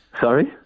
Sorry